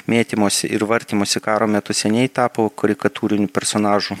mėtymosi ir vartymosi karo metu seniai tapo karikatūriniu personažu